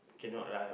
cannot lah